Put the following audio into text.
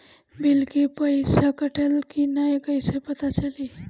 Bill के पइसा कटल कि न कइसे पता चलि?